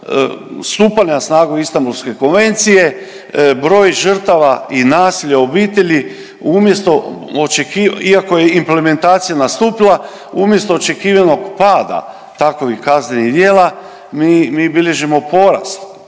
stupanja na snagu Istanbulske konvencije broj žrtva i nasilja u obitelji umjesto očekiv… iako je implementacija nastupila, umjesto očekivanog pada takovih kaznenih djela mi, mi bilježimo porast,